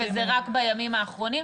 וזה רק בימים האחרונים,